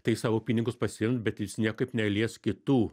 tai savo pinigus pasiims bet jis niekaip nelies kitų